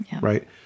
right